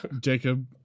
Jacob